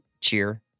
Cheer